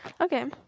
Okay